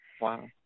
Wow